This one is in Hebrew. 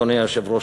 אדוני היושב-ראש,